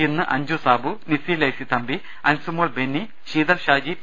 ഇന്ന് അഞ്ജു സാബു നിസ്സി ലൈസി തമ്പി അൻസുമോൾ ബെന്നി ശീതൾ ഷാജി പി